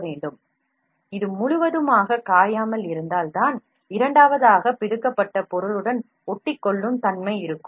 இது முதல் வரி முழுவதுமாக காயாமல் இருந்தால் தான் இரண்டாவதாகப் பிதுக்கப்பட்ட வெளியேற்றப்பட்ட பொருளுடன் ஒட்டி கொள்ளும் தன்மை இருக்கும்